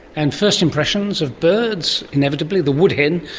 and first impressions of birds, inevitably the wood hen,